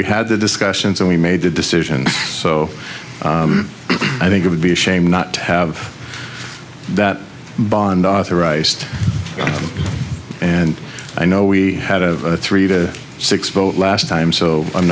we had the discussions and we made the decision so i think it would be a shame not to have that bond authorized and i know we had a three to six vote last time so i'm